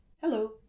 Hello